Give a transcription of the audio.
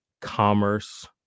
commerce